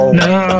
no